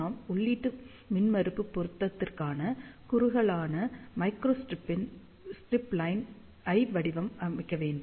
நாம் உள்ளீட்டு மின்மறுப்பு பொருத்தத்திற்கான குறுகலான மைக்ரோ ஸ்ட்ரிப்லைன் ஐ வடிவமைக்க வேண்டும்